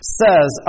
says